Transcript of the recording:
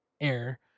air